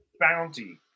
bounty